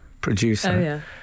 producer